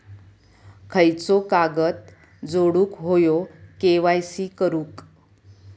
खयचो कागद जोडुक होयो के.वाय.सी करूक?